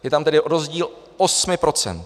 Je tam tedy rozdíl 8 %.